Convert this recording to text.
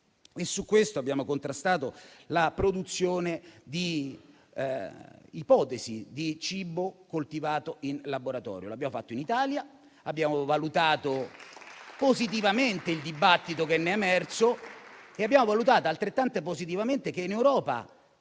Per questo abbiamo contrastato l'ipotesi della produzione di cibo coltivato in laboratorio. Lo abbiamo fatto in Italia. Abbiamo valutato positivamente il dibattito che ne è emerso e abbiamo valutato altrettanto positivamente che in Europa